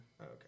Okay